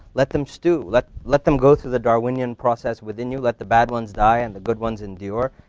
let them stew, let let them go through the darwinian process within you, let the bad ones die and the good ones endure?